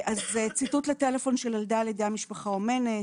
ציטוט לטלפון של ילדה על-ידי משפחה אומנת.